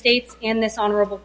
states in this honorable